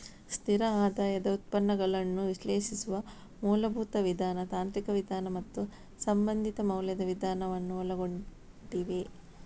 ಸ್ಥಿರ ಆದಾಯದ ಉತ್ಪನ್ನಗಳನ್ನು ವಿಶ್ಲೇಷಿಸುವ ಮೂಲಭೂತ ವಿಧಾನ, ತಾಂತ್ರಿಕ ವಿಧಾನ ಮತ್ತು ಸಂಬಂಧಿತ ಮೌಲ್ಯದ ವಿಧಾನವನ್ನು ಒಳಗೊಂಡಿವೆ